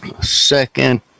Second